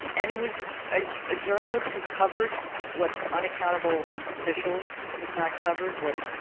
and it was a ah journalist who covered what unaccountable officials had not covered, what